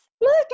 look